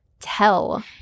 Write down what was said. tell